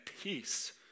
peace